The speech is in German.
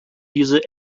diese